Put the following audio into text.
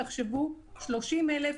תחשבו 30,000,